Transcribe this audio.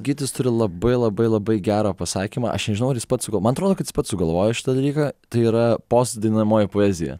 gytis turi labai labai labai gerą pasakymą aš nežinau ar jis pats sugal man atrodo kad pats sugalvojo šitą dalyką tai yra postdainuojamoji poezija